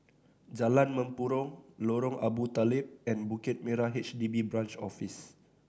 Jalan Mempurong Lorong Abu Talib and Bukit Merah H D B Branch Office